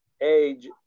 age